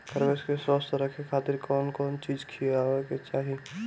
खरगोश के स्वस्थ रखे खातिर कउन कउन चिज खिआवे के चाही?